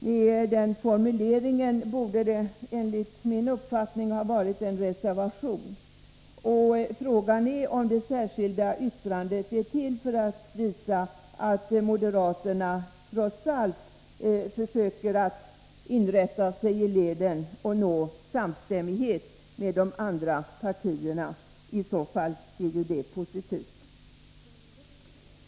Med den formuleringen borde man enligt min uppfattning ha avgivit en reservation, och frågan är om det särskilda yttrandet är till för att visa att moderaterna trots allt försöker att rätta in sig i leden och nå samstämmighet med de andra partierna. I så fall är ju det positivt.